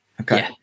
Okay